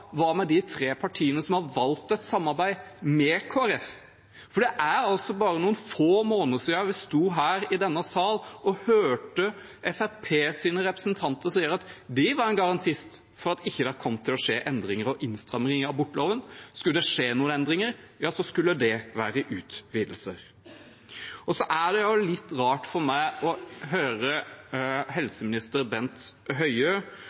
var en garantist for at det ikke kom til å skje endringer og innstramminger i abortloven. Skulle det skje noen endringer, skulle det være utvidelser. Det er litt rart for meg å høre helseminister Bent Høie